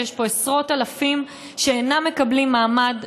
ויש פה עשרות אלפים שאינם מקבלים מעמד,